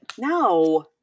No